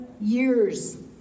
years